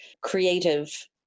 creative